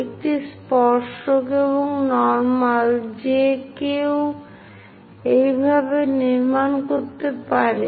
একটি স্পর্শক এবং নরমাল কে যে কেউ এই ভাবে এটি নির্মাণ করতে পারে